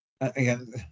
Again